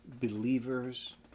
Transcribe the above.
believers